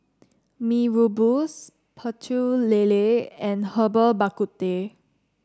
Mee Rebus Pecel Lele and Herbal Bak Ku Teh